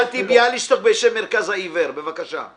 נתי ביאליסטוק כהן בשם המרכז לעיוור, בבקשה.